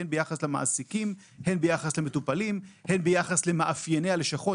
הן ביחס למעסיקים והן ביחס למטופלים והן ביחס למאפייני הלשכות,